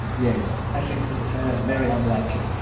yes, i think that's ah very unlikely.